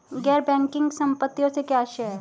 गैर बैंकिंग संपत्तियों से क्या आशय है?